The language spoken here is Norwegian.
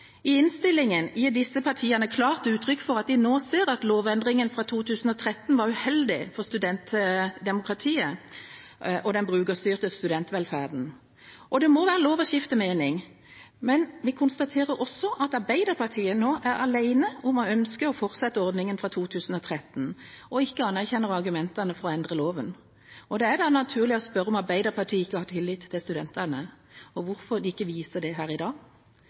I innstillingen gir disse partiene klart uttrykk for at de nå ser at lovendringen fra 2013 var uheldig for studentdemokratiet og den brukerstyrte studentvelferden. Det må være lov å skifte mening. Men vi konstaterer også at Arbeiderpartiet nå er alene om å ønske å fortsette ordningen fra 2013, og ikke anerkjenner argumentene for å endre loven. Det er da naturlig å spørre om Arbeiderpartiet ikke har tillit til studentene, og om hvorfor de ikke viser det her i dag.